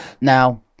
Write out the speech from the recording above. Now